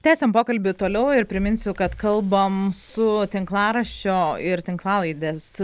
tęsiam pokalbį toliau ir priminsiu kad kalbam su tinklaraščio ir tinklalaidės